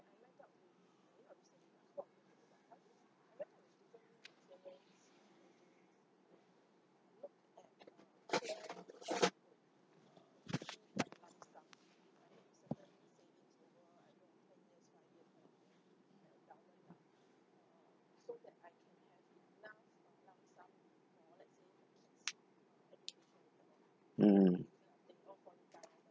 mm